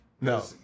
No